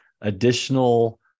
additional